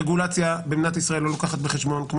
רגולציה במדינת ישראל לא לוקחת בחשבון כמו